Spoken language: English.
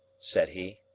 said he.